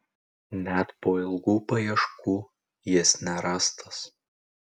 net po ilgų paieškų jis nerastas